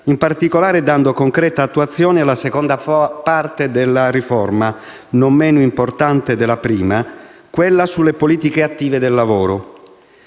in particolare dando concreta attuazione alla seconda parte della riforma, non meno importante della prima, sulle politiche attive del lavoro.